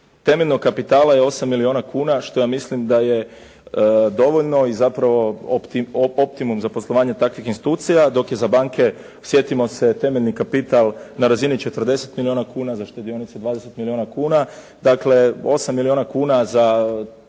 temeljnog kapitala je 8 milijuna kuna što ja mislim da je dovoljno i zapravo i optimum za poslovanje takvih institucija, dok je za banke sjetimo se temeljni kapital na razini 40 milijuna kuna za štedionice 20 milijuna kuna, dakle 8 milijuna kuna za